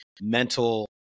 mental